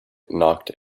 knocked